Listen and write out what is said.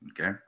Okay